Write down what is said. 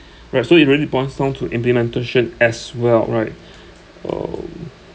right so it really boils down to implementation as well right um